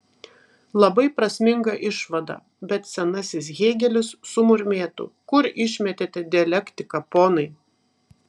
labai prasminga išvada bet senasis hėgelis sumurmėtų kur išmetėte dialektiką ponai